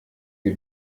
die